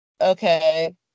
okay